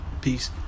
peace